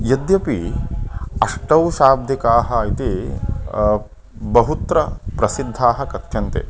यद्यपि अष्टौशाब्दिकाः इति बहुत्र प्रसिद्धाः कथ्यन्ते